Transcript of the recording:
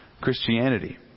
Christianity